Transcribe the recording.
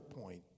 point